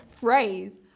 phrase